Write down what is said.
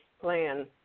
plan